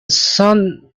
son